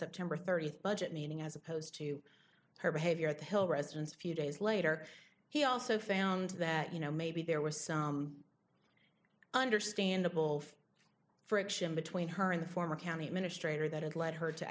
september thirtieth budget meeting as opposed to her behavior at the hill residence a few days later he also found that you know maybe there was some understandable friction between her and the former county administrator that had led her to